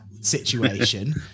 situation